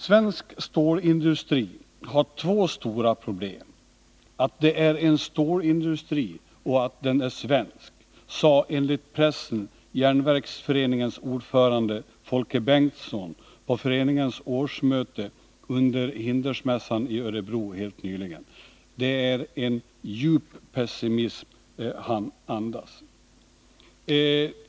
”Svensk stålindustri har två stora problem: att det är en stålindustri och att den är svensk”, sade enligt pressen Järnverksföreningens ordförande Folke Bengtsson på föreningens årsmöte under Hindersmässan i Örebro helt nyligen. Detta uttalande andas en djup pessimism.